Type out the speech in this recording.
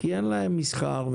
כי אין להן מסחר,